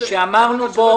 שאמרנו בו